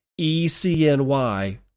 ECNY